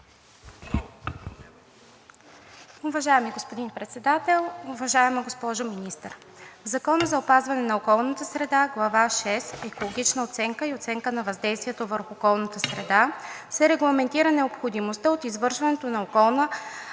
Уважаеми господин Председател, уважаема госпожо Министър! В Закона за опазване на околната среда Глава шеста – „Екологична оценка и оценка на въздействието върху околната среда“, се регламентира необходимостта от извършването на екологична